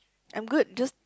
I'm good just